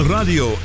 Radio